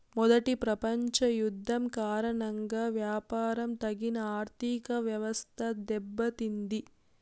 మొదటి ప్రపంచ యుద్ధం కారణంగా వ్యాపారం తగిన ఆర్థికవ్యవస్థ దెబ్బతింది